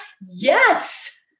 Yes